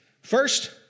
First